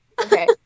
Okay